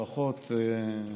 ברכות,